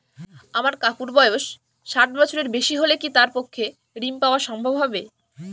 আমার কাকুর বয়স ষাট বছরের বেশি হলে কি তার পক্ষে ঋণ পাওয়া সম্ভব হবে?